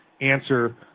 answer